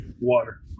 Water